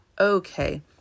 Okay